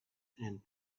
and